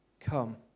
Come